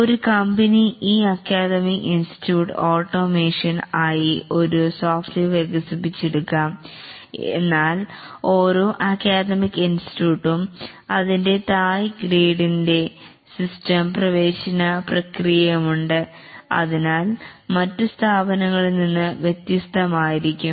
ഒരു കമ്പനി ഈ academy institute automation ആയി ഒരു സോഫ്റ്റ്വെയർ വികസിപ്പിച്ചെടുക്കാം എന്നാൽ ഓരോ അക്കാദമിക് ഇൻസ്റ്റിറ്റ്യൂട്ടും അതിന്റെതായ ഗ്രേഡിംഗ് സിസ്റ്റം പ്രവേശന പ്രക്രിയ ഉണ്ട് അതിനാൽ മറ്റ് സ്ഥാപനങ്ങളിൽ നിന്ന് വ്യത്യസ്തമായിരിക്കാം